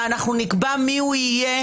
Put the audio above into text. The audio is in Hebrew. ואנחנו נקבע מי הוא יהיה,